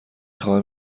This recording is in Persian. خواهم